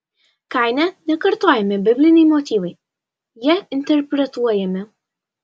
kaine nekartojami bibliniai motyvai jie interpretuojami